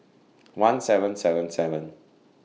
one seven seven seven